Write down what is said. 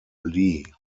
lee